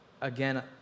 again